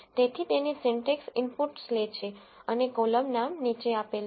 તેથી તેની syntax inputs લે અને કોલમ નામ નીચે આપેલ છે